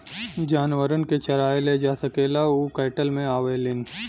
जानवरन के चराए ले जा सकेला उ कैटल मे आवेलीन